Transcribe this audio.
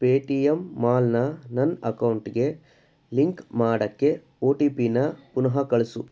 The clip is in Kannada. ಪೇ ಟಿ ಎಮ್ ಮಾಲ್ನ ನನ್ನ ಅಕೌಂಟಿಗೆ ಲಿಂಕ್ ಮಾಡೋಕ್ಕೆ ಒ ಟಿ ಪಿನ ಪುನಃ ಕಳಿಸು